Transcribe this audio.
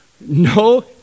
no